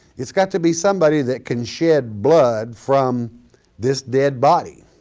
it's got to be somebody that can shed blood from this dead body.